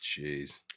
Jeez